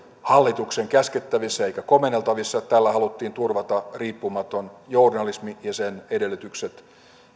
hallituksen käskettävissä eikä komenneltavissa tällä haluttiin turvata riippumaton journalismi ja sen edellytykset